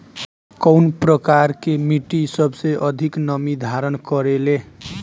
कउन प्रकार के मिट्टी सबसे अधिक नमी धारण करे ले?